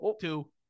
two